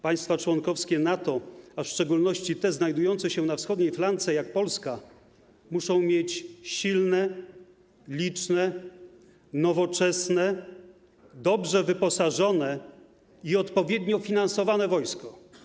Państwa członkowskie NATO, a w szczególności te znajdujące się na wschodniej flance, jak Polska, muszą mieć silne, liczne, nowoczesne, dobrze wyposażone i odpowiednio finansowane wojsko.